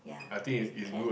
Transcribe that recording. ya if can